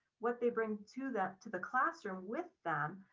what they bring to that to the classroom with them,